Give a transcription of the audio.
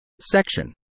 Section